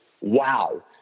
wow